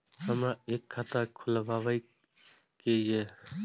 हमरा एक खाता खोलाबई के ये?